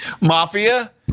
Mafia